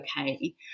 okay